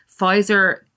Pfizer